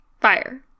Fire